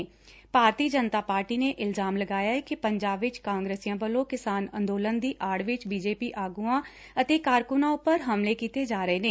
ਭਾਰਤੀ Janata party ਨੇ ਇਲਜ਼ਾਮ ਲਗਾਇਆ ਏ ਕਿ ਪੰਜਾਬ ਵਿਚ ਕਾਗਰਸੀਆਂ ਵਲੋਂ ਕਿਸਾਨ ਅੰਦੋਲਨ ਦੀ ਆਤ ਵਿੱਚ ਬੀ ਜੇ ਪੀ ਆਗੁਆਂ ਅਤੇ ਕਾਰਕੁਨਾਂ ਉਂਪਰ ਹਮਲੇ ਕੀਤੇ ਜਾ ਰਹੇ ਨੇ